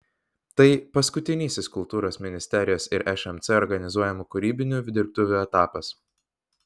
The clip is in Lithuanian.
tai paskutinysis kultūros ministerijos ir šmc organizuojamų kūrybinių dirbtuvių etapas